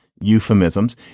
euphemisms